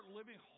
living